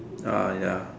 orh ya